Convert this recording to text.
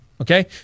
okay